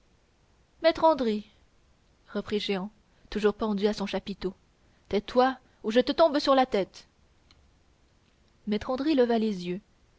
maître andry reprit jehan toujours pendu à son chapiteau tais-toi ou je te tombe sur la tête maître andry leva les yeux